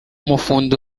umufundi